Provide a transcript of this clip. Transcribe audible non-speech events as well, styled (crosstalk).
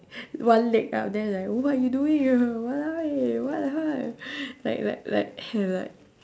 one leg up then like what you doing eh !walao! eh what lah like like like (laughs) like